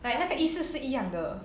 like 那个意思是一样的